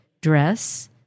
dress